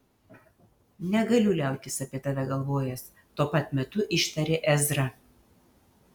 negaliu liautis apie tave galvojęs tuo pat metu ištarė ezra